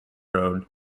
road